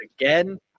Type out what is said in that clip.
again